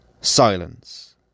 Silence